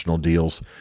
deals